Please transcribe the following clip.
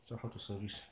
so how to service